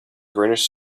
greenish